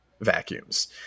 vacuums